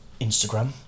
Instagram